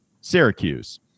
Syracuse